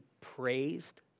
praised